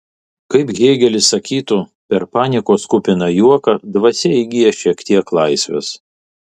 kaip hėgelis sakytų per paniekos kupiną juoką dvasia įgyja šiek tiek laisvės